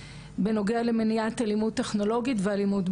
החוק במרחב הפיזי תקף למרחב המקוון,